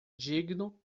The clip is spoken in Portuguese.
digno